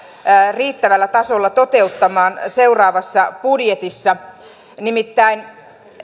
riittävällä tasolla toteuttamaan seuraavassa budjetissa nimittäin